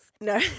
no